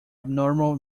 abnormal